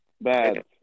bad